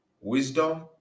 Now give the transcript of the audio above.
wisdom